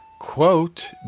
quote